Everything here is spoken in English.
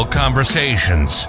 conversations